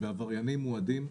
בעבריינים מועדים,